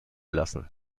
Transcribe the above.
lassen